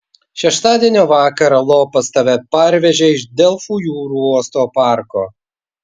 šeštadienio vakarą lopas tave parvežė iš delfų jūrų uosto parko